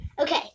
Okay